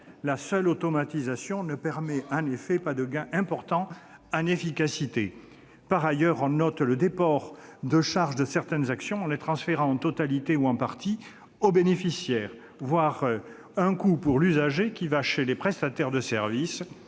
La seule automatisation ne permet en effet pas de gains importants en efficacité ». Par ailleurs, on note le déport de charges de certaines actions par leur transfert en totalité ou en partie aux bénéficiaires, entraînant un coût pour l'usager auprès de prestataires de services